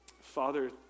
Father